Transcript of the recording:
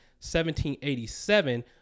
1787